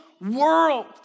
world